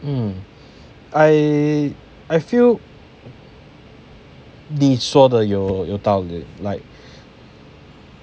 mm I I feel 你说的有有道理 like